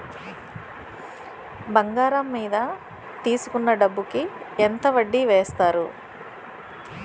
బంగారం మీద తీసుకున్న డబ్బు కి ఎంత వడ్డీ వేస్తారు?